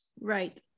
Right